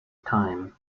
time